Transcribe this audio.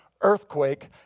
earthquake